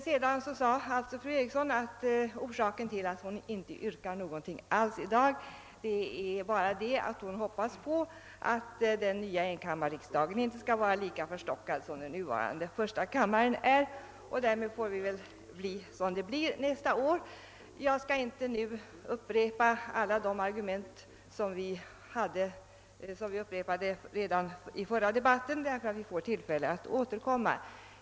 Sedan sade fru Eriksson att orsaken till att hon inte yrkar någonting alls i dag är att hon hoppas att den nya enkammarriksdagen inte skall vara lika förstockad som den nuvarande första kammaren är. Därmed får det väl bli som det blir nästa år. Jag skall inte upprepa alla de argument som anfördes redan i förra debatten, eftersom vi får tillfälla att återkomma.